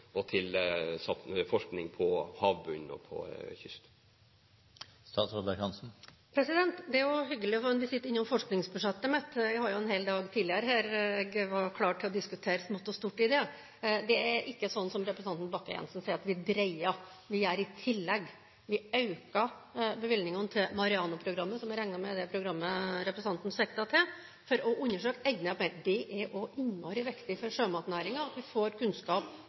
og over til forskning på havbunn og på kyst? Det er jo hyggelig å få en visitt innom forskningsbudsjettet mitt. Jeg var jo her en hel dag tidligere og var klar til å diskutere smått og stort i det. Det er ikke slik som representanten Bakke-Jensen sier, at vi «dreier» – vi gjør det i tillegg. Vi øker bevilgningen til Mareano-programmet, som jeg regner med er det programmet representanten siktet til, for å undersøke enda mer. Det er også innmari viktig for sjømatnæringen at vi får kunnskap